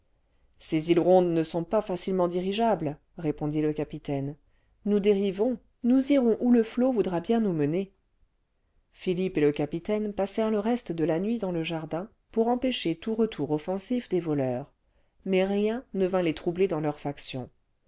ces îles rondes ne sont pas facilement dirigeables répondit le capitaine nous dérivons nous irons où le flot voudra bien nous mener philippe et le capitaine passèrent le reste de la nuit dans le jardin pour empêcher tout retour offensif des voleurs mais rien ne vint les troubler dans leur faction